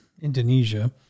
Indonesia